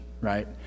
right